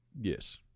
Yes